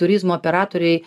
turizmo operatoriai